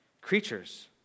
Creatures